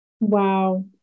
Wow